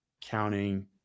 counting